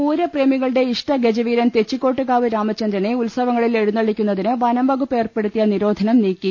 പൂരപ്രേമികളുടെ ഇഷ്ട ഗജവീരൻ തെച്ചിക്കോട്ടുകാവ് രാമചന്ദ്രനെ ഉത്സവങ്ങളിൽ എഴുന്നള്ളിക്കുന്നതിനു വനംവകുപ്പ് ഏർപ്പെടുത്തിയ നിരോധനം നീക്കി